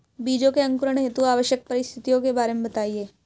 बीजों के अंकुरण हेतु आवश्यक परिस्थितियों के बारे में बताइए